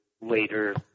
later